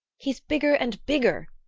he's bigger and bigger!